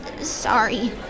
Sorry